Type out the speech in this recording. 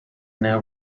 now